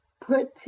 put